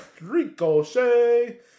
Ricochet